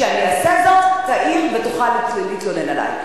כשאעשה זאת, תעיר, ותוכל להתלונן עלי.